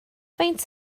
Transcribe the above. faint